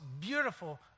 beautiful